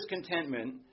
discontentment